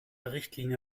richtlinie